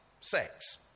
sex